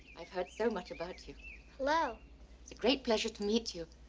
i've heard so much about you. hello. it's a great pleasure to meet you.